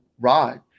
ride